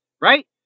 right